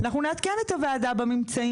אנחנו נעדכן את הוועדה בממצאים